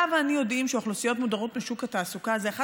אתה ואני יודעים שאוכלוסיות מודרות משוק התעסוקה זה אחד